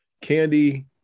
Candy